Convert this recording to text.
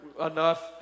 enough